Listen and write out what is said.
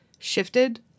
shifted